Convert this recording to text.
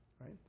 right